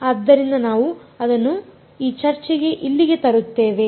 ಆದ್ದರಿಂದ ನಾವು ಅದನ್ನು ಈ ಚರ್ಚೆಗೆ ಇಲ್ಲಿಗೆ ತರುತ್ತೇವೆ